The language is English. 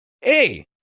hey